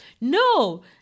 No